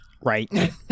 Right